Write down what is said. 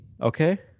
Okay